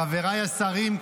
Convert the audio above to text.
חבריי השרים,